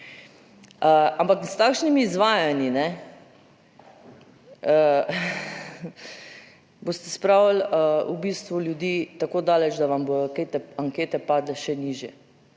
Ampak s takšnimi izvajanji ne boste spravili v bistvu ljudi tako daleč, da vam bodo te ankete padle še nižje.